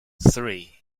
three